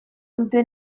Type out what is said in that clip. dute